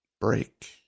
break